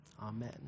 Amen